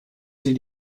sie